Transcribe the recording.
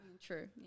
True